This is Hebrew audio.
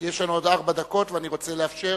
כי יש לנו עוד ארבע דקות ואני רוצה לאפשר